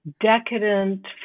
decadent